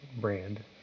brand